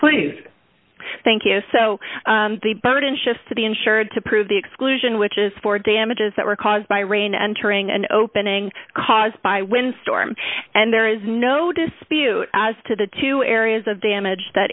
please thank you so the burden shifts to the insured to prove the exclusion which is for damages that were caused by rain entering and opening caused by wind storm and there is no dispute as to the two areas of damage that